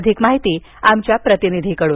अधिक माहिती आमच्या प्रतिनिधीकडून